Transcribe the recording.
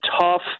tough